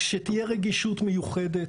שתהיה רגישות מיוחדת,